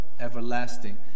Everlasting